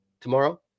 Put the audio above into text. tomorrow